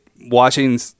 watching